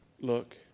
look